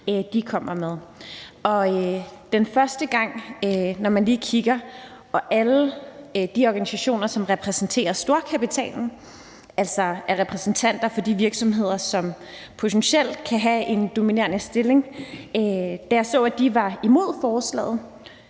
kommer med. Da jeg første gang, jeg lige kiggede, kunne se, at alle de organisationer, som repræsenterer storkapitalen – altså er repræsentanter for de virksomheder, som potentielt kan have en dominerende stilling – er imod forslaget,